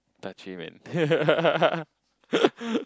touchy man